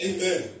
Amen